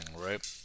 right